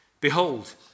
Behold